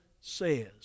says